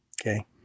okay